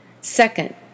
Second